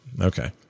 Okay